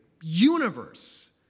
universe